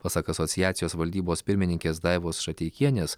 pasak asociacijos valdybos pirmininkės daivos šateikienės